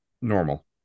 normal